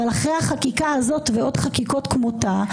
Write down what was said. אבל אחרי החקיקה הזאת ועוד חקיקות כמותה,